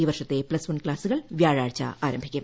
ഈ വർഷത്തെ plus one ക്ലാസുകൾ വ്യാഴാഴ്ച ആരംഭിക്കും